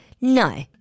No